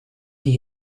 die